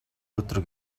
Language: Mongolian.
өдөр